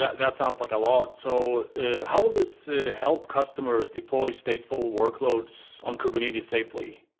yeah that's sound like a lot, so how will this help customers deploy stateful workloads on kubernetes safely?